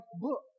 book